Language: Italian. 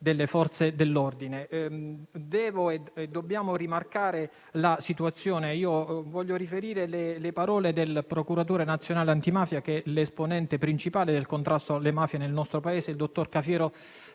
delle Forze dell'ordine. Dobbiamo rimarcare la situazione e voglio riferire le parole del Procuratore nazionale antimafia, che è l'esponente principale del contrasto alle mafie nel nostro Paese, il dottor Cafiero